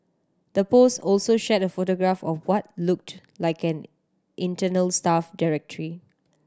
the post also shared a photograph of what looked like an internal staff directory